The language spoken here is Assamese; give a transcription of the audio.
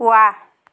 ৱাহ